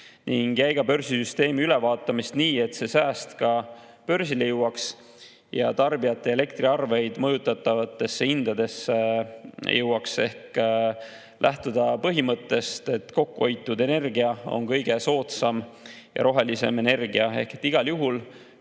ning jäiga börsisüsteemi ülevaatamist nii, et see sääst ka börsile ja tarbijate elektriarveid mõjutavatesse hindadesse jõuaks, ehk tuleks lähtuda põhimõttest, et kokkuhoitud energia on kõige soodsam ja rohelisem energia. Igal juhul